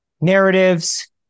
narratives